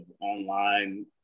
online